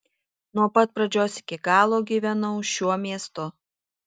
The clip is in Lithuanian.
nuo pat pradžios iki galo gyvenau šiuo miestu